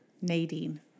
Nadine